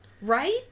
Right